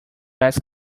ask